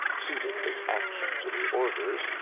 suiting his action to the orders,